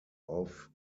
auf